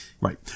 Right